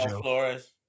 Flores